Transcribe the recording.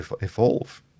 evolve